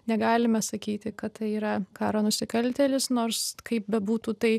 negalime sakyti kad tai yra karo nusikaltėlis nors kaip bebūtų tai